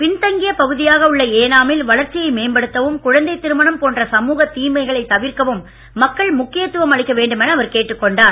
பின்தங்கிய பகுதியாக உள்ள ஏனா மில் வளர்ச்சியை மேம்படுத்தவும் குழந்தைத் திருமணம் போன்ற சமூகத் தீமைகளைத் தடுக்கவும் மக்கள் ழக்கியத்துவம் அளிக்க வேண்டுமென அவர் கேட்டுக்கொண்டார்